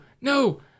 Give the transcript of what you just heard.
No